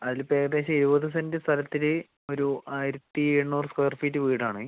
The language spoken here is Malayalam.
അതിലിപ്പോൾ ഏകദേശം എഴുപത് സെന്റ് സ്ഥലത്തില് ഒരു ആയിരത്തി എണ്ണൂറ് സ്ക്വയർ ഫീറ്റ് വീടാണ്